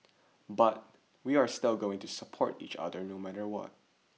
but we are still going to support each other no matter what